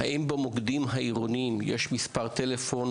האם במוקדים העירוניים יש מספר טלפון,